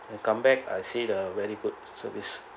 and come back I see the very good service